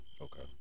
Okay